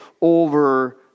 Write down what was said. over